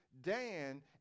Dan